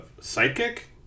psychic